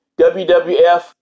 WWF